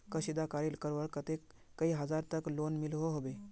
कशीदाकारी करवार केते कई हजार तक लोन मिलोहो होबे?